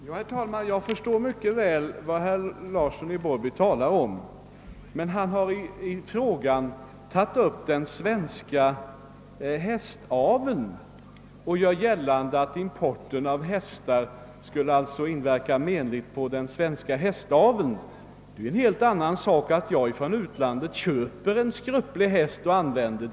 Herr talman! Jag förstår mycket. väl vad herr Larsson i Borrby talar om men han har i sin fråga tagit upp den svenska hästaveln och gjort gällande: att importen av hästar skulle inverka menligt på denna. a Det är en helt annan sak satt jag köper en skröplig häst från utlandet.